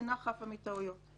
אינה חפה מטעויות.